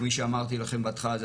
כפי שאמרתי לכם בהתחלה,